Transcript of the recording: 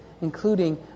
including